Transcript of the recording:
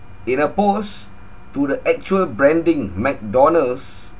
in oppose to the actual branding mcdonald's